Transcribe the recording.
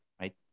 right